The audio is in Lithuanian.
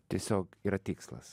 tiesiog yra tikslas